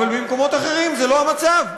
אבל במקומות אחרים זה לא המצב.